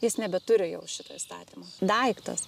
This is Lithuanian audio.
jis nebeturi jau šito įstatymo daiktas